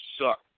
suck